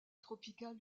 tropicale